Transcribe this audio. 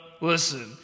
listen